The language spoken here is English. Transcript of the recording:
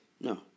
No